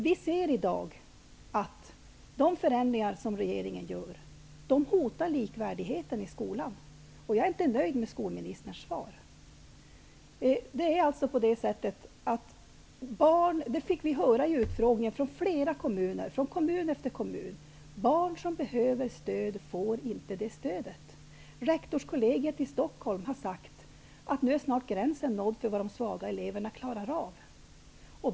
Vi ser i dag att de förändringar som regeringen gör hotar likvärdigheten i skolan. Jag är inte nöjd med skolministerns svar. Vi fick höra från kommun efter kommun vid utfrågningen att barn som behöver stöd inte får det. Rektorskollegiet i Stockholm har sagt att gränsen snart är nådd för vad de svaga eleverna klarar av.